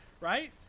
right